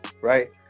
right